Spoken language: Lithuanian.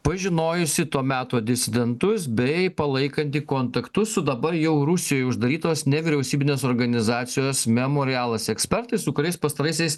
pažinojusi to meto disidentus bei palaikanti kontaktus su dabar jau rusijoj uždarytos nevyriausybinės organizacijos memorialas ekspertais su kuriais pastaraisiais